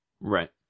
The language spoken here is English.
Right